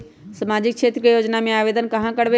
सामाजिक क्षेत्र के योजना में आवेदन कहाँ करवे?